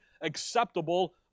acceptable